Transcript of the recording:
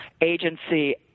agency